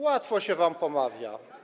Łatwo się wam pomawia.